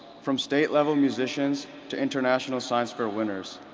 from state-level musicians to international science fair winners,